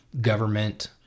government